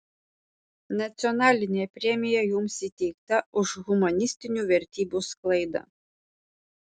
nacionalinė premija jums įteikta už humanistinių vertybių sklaidą